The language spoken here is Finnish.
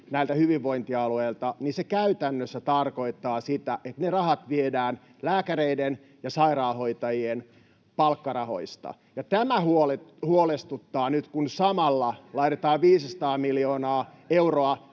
näiltä hyvinvointialueilta, niin se käytännössä tarkoittaa sitä, että ne rahat viedään lääkäreiden ja sairaanhoitajien palkkarahoista. [Ben Zyskowicz: Sehän riippuu